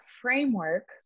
framework